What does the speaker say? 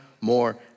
more